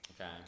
Okay